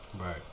Right